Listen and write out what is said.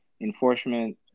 enforcement